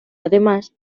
además